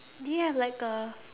do you have like a